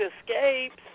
escapes